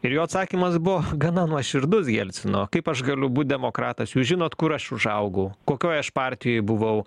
ir jo atsakymas buvo gana nuoširdus jelcino kaip aš galiu būt demokratas jūs žinot kur aš užaugau kokioj aš partijoj buvau